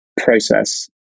process